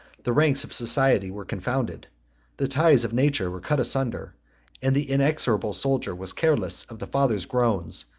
the ranks of society were confounded the ties of nature were cut asunder and the inexorable soldier was careless of the father's groans,